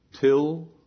Till